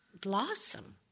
blossom